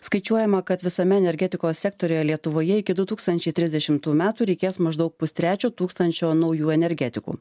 skaičiuojama kad visame energetikos sektoriuje lietuvoje iki du tūkstančiai trisdešimtų metų reikės maždaug pustrečio tūkstančio naujų energetikų